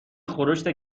خورشت